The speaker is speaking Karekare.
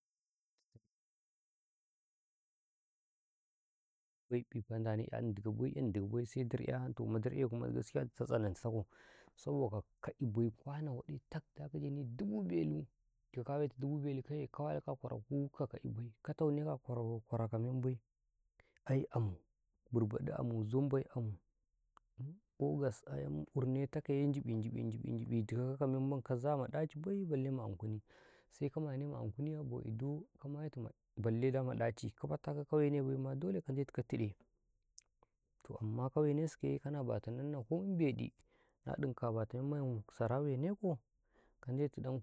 ﻿Ditane emma dumurguge toh amma ancai kabaiƃi ndanekau 'yandigabai 'yandigabai sai dar'e ayanto madar'e aidit-au tsanantitakau domacinta kuwa ka ka'ibai kwano waɗi tak da ka jani dubu belu to ka wetu dubu belu kaye ka waluko a kwaraku ka ka'ibai ka tawne ka a kwaro, kwaro ka menbai ai amu burbaɗi amu zombai amu burgas ayam urnetau njiƃi-njiƃi njiƃi dikau kaka memma ka za maɗaci bai bare ma an kuni sai ka maitu ma ankuni a bo ido bare ma ɗaci ka fata ka wenebai ma dole kan ndetu ko tiɗe to amma ka wenesikaye bota nanna komi beɗi na ɗinka bata memba sara weneko kan ndetu ɗan.